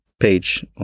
page